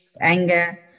anger